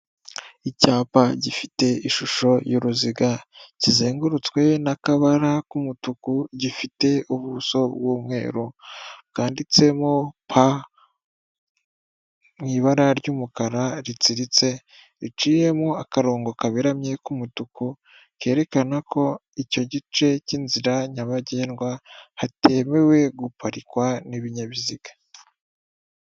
Icyapa gifite ishusho y'uruziga kizengurutswe n'akabara k'umutuku gifite ubuso bw'umweru, bwanditsemo pa mu ibara ry'umukara ritsiritse riciyemo akarongo kaberamye k'umutuku, kerekana ko icyo gice cy'inzira nyabagendwa hatemewe guparikwa n'ibinyabiziga.